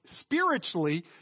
Spiritually